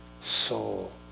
soul